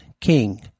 King